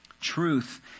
Truth